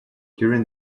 during